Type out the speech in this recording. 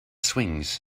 swings